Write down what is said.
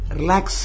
relax